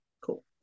Cool